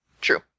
True